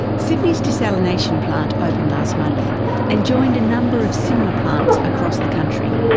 sydney's desalination plant opened last month and joined a number of similar plants across the country.